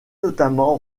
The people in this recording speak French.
notamment